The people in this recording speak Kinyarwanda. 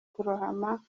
kurohama